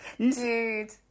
Dude